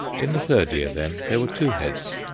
in the third year then, there were two heads.